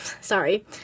Sorry